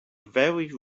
very